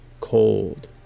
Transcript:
Cold